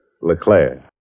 Leclerc